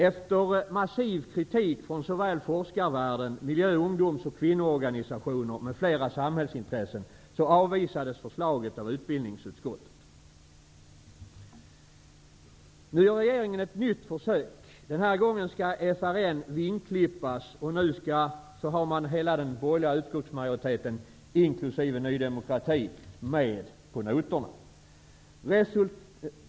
Efter massiv kritik såväl från forskarvärlden som miljöungdoms och kvinnoorganisationer m.fl. Nu gör regeringen ett nytt försök. Den här gången skall FRN vingklippas och nu har man hela den borgerliga utskottsmajoriteten inkl. Ny demokrati med på noterna.